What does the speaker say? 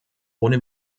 ohne